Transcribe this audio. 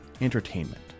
entertainment